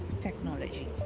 technology